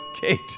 Kate